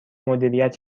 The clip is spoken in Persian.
مدیریت